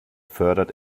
fördert